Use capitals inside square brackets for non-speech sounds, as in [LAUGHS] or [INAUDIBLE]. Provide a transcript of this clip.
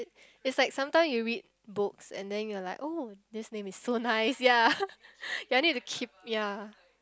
it's like sometimes you read books and then you are like oh this name is so nice ya [LAUGHS] ya need to keep ya